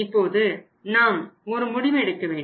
இப்போது நாம் ஒரு முடிவு எடுக்க வேண்டும்